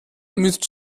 mit